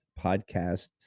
podcast